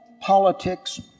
politics